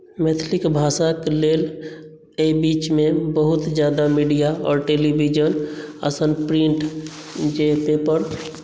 मैथिलीके भाषाक लेल एहि बीचमे बहुत ज्यादा मिडिया आओर टेलीविजन असल प्रिन्ट जे पेपर